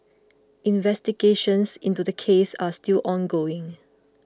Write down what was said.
investigations into this case are still ongoing